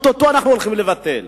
או-טו-טו הולכים לבטל.